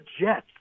Jets